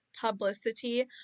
publicity